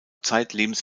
zeitlebens